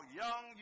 young